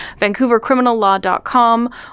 vancouvercriminallaw.com